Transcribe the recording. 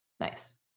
Nice